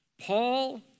Paul